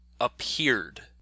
appeared